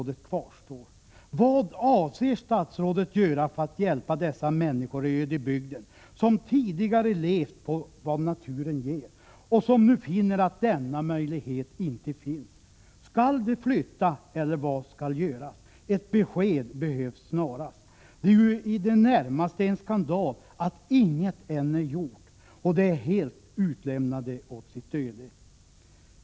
Det är i det närmaste en skandal att ingenting ännu har gjorts, och dessa människor är helt utelämnade åt sitt öde.